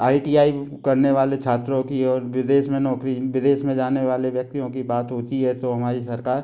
I T I करने वाले छात्रों की और विदेस में नौकरी विदेस में जाने वाले व्यक्तियों की बात होती है तो हमारी सरकार